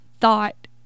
thought